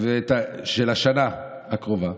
המושב של השנה הקרובה.